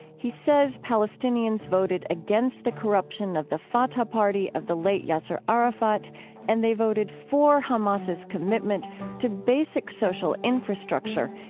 he says palestinians voted against the corruption of the fatah party of the late yasser arafat and they voted for hamas' commitment to basic social infrastructure,